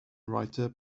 writer